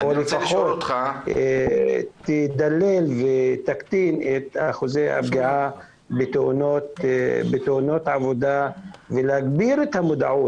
או לפחות תדלל ותקטין את אחוזי הפגיעה בתאונות עבודה ותגביר את המודעות.